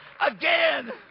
again